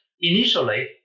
initially